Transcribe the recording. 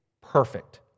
perfect